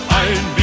ein